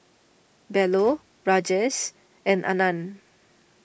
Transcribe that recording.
Bellur Rajesh and Anand